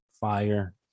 Fire